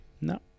No